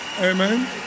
Amen